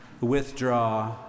withdraw